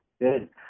good